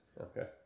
okay